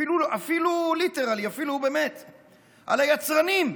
אפילו ליטרלי, על היצרנים.